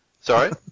Sorry